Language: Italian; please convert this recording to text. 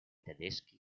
tedeschi